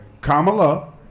Kamala